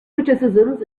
criticisms